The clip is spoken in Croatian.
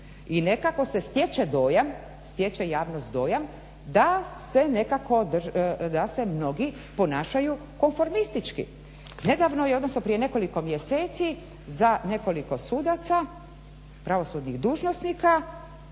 dojam, stječe javnost dojam da se mnogi ponašaju konformistički. Nedavno je odnosno prije nekoliko mjeseci, za nekoliko sudaca, pravosudnih dužnosnika